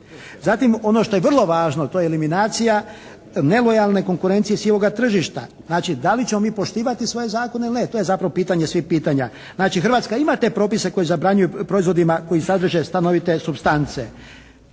Zatim ono što je vrlo važno, to je eliminacija nelojalne konkurencije sivoga tržišta. Znači da li ćemo mi poštivati svoje zakone ili ne. To je zapravo pitanje svih pitanja. Znači Hrvatska ima te propise koji zabranjuju proizvodima koji sadrže stanovite supstance.